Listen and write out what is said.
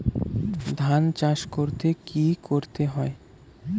ধান চাষ করতে কি কি করতে হয়?